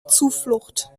zuflucht